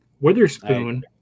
Witherspoon